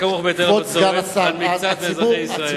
למרות הנטל הכרוך בהיטל הבצורת על מקצת מאזרחי ישראל,